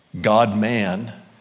God-man